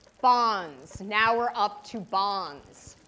bonds now, we're up to bonds.